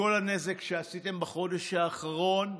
וכל הנזק שעשיתם בחודש האחרון,